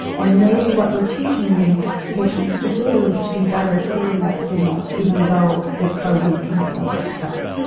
and maybe what we're teaching these patients to do is to be better at hearing that signal, even though it's so weak and there's so much static.